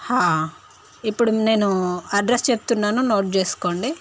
ఇప్పుడు నేను ఆడ్రస్ చెప్తున్నాను నోట్ చేసుకోండి